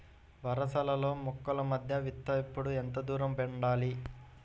వరసలలో మొక్కల మధ్య విత్తేప్పుడు ఎంతదూరం ఉండాలి?